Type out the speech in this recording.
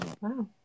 Wow